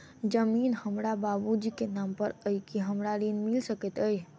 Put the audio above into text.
जमीन हमरा बाबूजी केँ नाम पर अई की हमरा ऋण मिल सकैत अई?